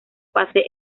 fase